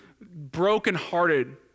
brokenhearted